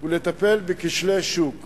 הוא לטפל בכשלי שוק